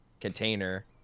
container